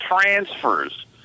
transfers